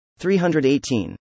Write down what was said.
318